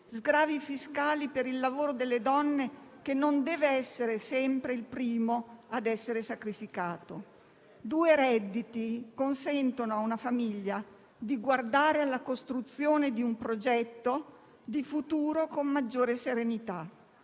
sgravi fiscali per il lavoro delle donne che non deve essere sempre il primo ad essere sacrificato. Due redditi consentono a una famiglia di guardare alla costruzione di un progetto di futuro con maggiore serenità.